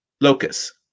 Locus